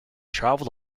travelled